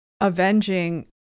avenging